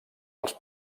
els